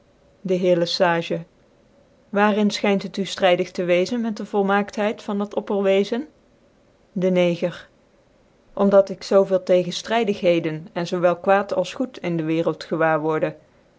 de heer lc sage waar in fchynt het u ftrydig tc wezen met de volmaaktheid van dat opperwezen de neger om dat ik zoo veel tegenftrydigheden cn zoo wel kwaad als goed in de werclt gewaar worde